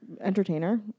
entertainer